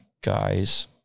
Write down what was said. guys